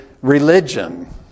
religion